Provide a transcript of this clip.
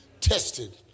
tested